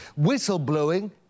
whistleblowing